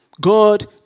God